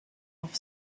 off